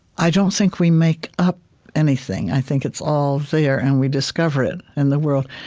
i don't think we make up anything. i think it's all there and we discover it in the world,